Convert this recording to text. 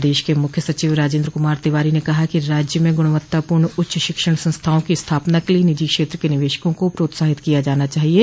प्रदेश के मुख्य सचिव राजेन्द्र कुमार तिवारी ने कहा है कि राज्य में गुणवत्तापूर्ण उच्च शिक्षण संस्थाओं की स्थापना के लिये निजी क्षेत्र के निवेशकों को प्रोत्साहित किया जाना चाहिये